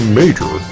major